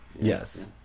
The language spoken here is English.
yes